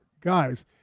guys